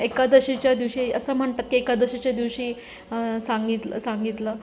एकादशीच्या दिवशी असं म्हणतात की एकादशीच्या दिवशी सांगितलं सांगितलं